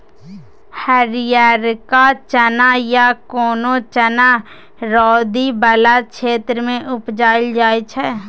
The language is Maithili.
हरियरका चना या कोनो चना रौदी बला क्षेत्र मे उपजाएल जाइ छै